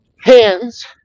Hands